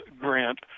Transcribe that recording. grant